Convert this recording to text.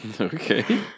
Okay